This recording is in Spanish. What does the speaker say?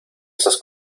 esas